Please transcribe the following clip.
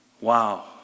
Wow